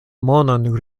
monon